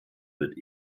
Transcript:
wird